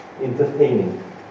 entertaining